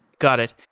got it.